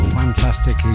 fantastic